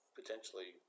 potentially